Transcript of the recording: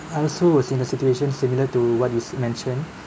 I also was in the situation similar to what you mention